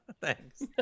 thanks